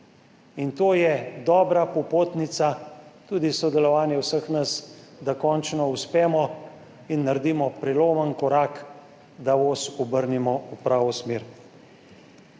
In to je dobra popotnica, tudi sodelovanje vseh nas, da končno uspemo in naredimo prelomen korak, da voz obrnemo v pravo smer.